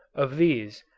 of these,